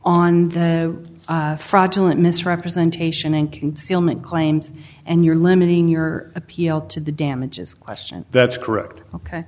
the fraudulent misrepresentation and concealment claims and you're limiting your appeal to the damages question that's correct ok